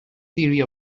theory